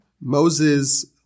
Moses